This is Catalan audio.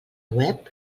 web